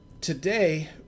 Today